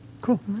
Cool